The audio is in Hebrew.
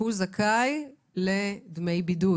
הוא זכאי לדמי בידוד.